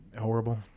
horrible